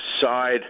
side